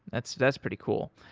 that's that's pretty cool.